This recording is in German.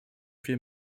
vier